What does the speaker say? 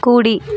కుడి